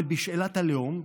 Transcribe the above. אבל בשאלת הלאום,